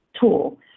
tool